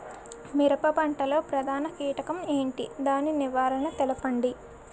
మిరప పంట లో ప్రధాన కీటకం ఏంటి? దాని నివారణ తెలపండి?